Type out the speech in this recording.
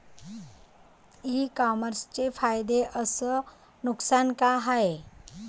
इ कामर्सचे फायदे अस नुकसान का हाये